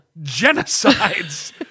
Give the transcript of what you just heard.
genocides